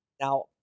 now